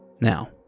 Now